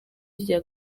rya